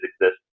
exist